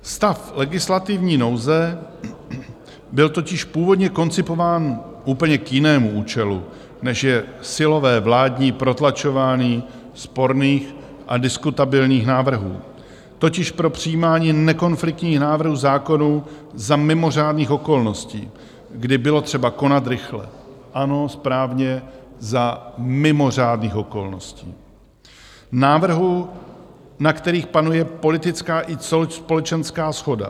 Stav legislativní nouze byl totiž původně koncipován k úplně jinému účelu, než je silové vládní protlačování sporných a diskutabilních návrhů, totiž pro přijímání nekonfliktních návrhů zákonů za mimořádných okolností, kdy bylo třeba konat rychle ano, správně, za mimořádných okolností , návrhů, na kterých panuje politická i společenská shoda.